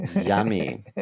Yummy